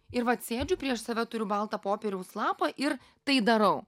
ir vat sėdžiu prieš save turiu baltą popieriaus lapą ir tai darau